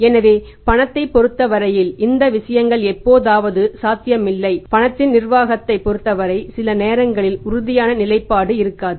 எனவே பணத்தைப் பொறுத்தவரையில் இந்த விஷயங்கள் எப்போதாவது சாத்தியமில்லை பணத்தின் நிர்வாகத்தைப் பொறுத்தவரை சில நேரங்களில் உறுதியான நிலைப்பாடு இருக்காது